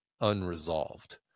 unresolved